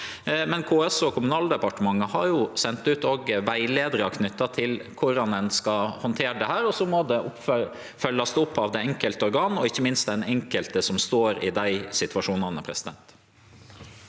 KS og Kommunaldepartementet har sendt ut rettleiarar knytte til korleis ein skal handtere dette, og så må det følgjast opp av det enkelte organet og ikkje minst av den enkelte som står i dei situasjonane.